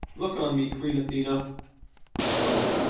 look on me, queen athena lo,